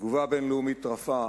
תגובה בין-לאומית רפה